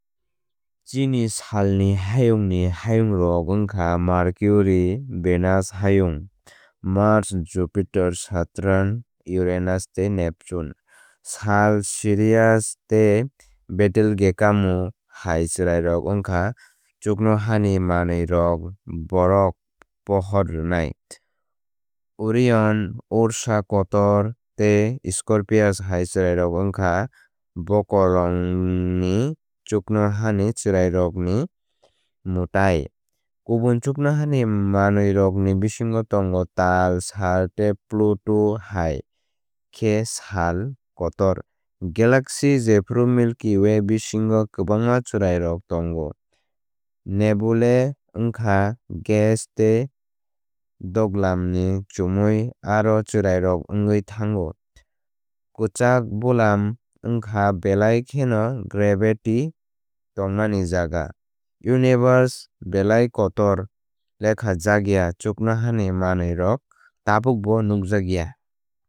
Chini salni hayungni hayungrok wngkha merkuri venus hayung mars jupiter saturn uranus tei neptun. Sal sirius tei betelgekamo hai chwrairok wngkha chuknohani manwirok bohrok pohor rwnai. Orion ursa kotor tei scorpius hai chwrairok wngkha bokorongi chuknohani chwrairokni mwtai. Kubun chuknohani manwirokni bisingo tongo tal swngcharni tal sal pluto hai khe sal kotor. Galaxy jephru milky Way bisingo kwbangma chwrairok tongo. Nebulae wngkha gas tei duglamni chumui aro chwrairok wngwi thango. Kwchak bulam wngkha belai kheno gravity tongmani jaga. Universe belai kotor lekhajakya chuknohani manwirok tabukbo nukjakya.